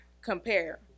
compare